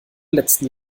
letzten